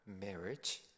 marriage